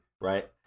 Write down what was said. right